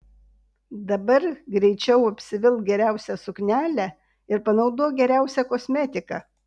dabar greičiau apsivilk geriausią suknelę ir panaudok geriausią kosmetiką